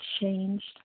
changed